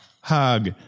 hug